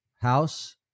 house